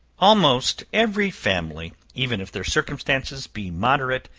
almost every family, even if their circumstances be moderate,